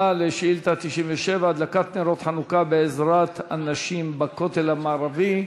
על שאילתה 97: הדלקת נרות חנוכה בעזרת הנשים בכותל המערבי,